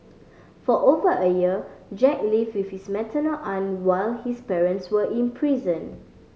for over a year Jack live with his maternal aunt while his parents were in prison